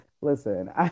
listen